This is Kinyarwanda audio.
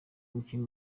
umukinnyi